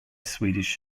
swedish